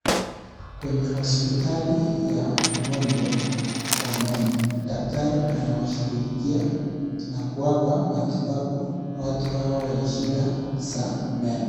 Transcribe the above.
Kwenye hospitali ya wagonjwa wa meno, daktari anawashughulikia na kuwapa matibabu watu hawa wenye shida za meno.